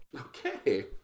Okay